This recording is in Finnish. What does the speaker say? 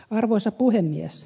arvoisa puhemies